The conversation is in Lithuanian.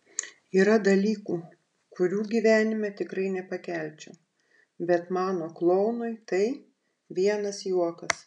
yra dalykų kurių gyvenime tikrai nepakelčiau bet mano klounui tai vienas juokas